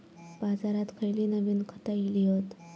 बाजारात खयली नवीन खता इली हत?